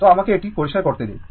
তো আমাকে এটি পরিষ্কার করতে দিন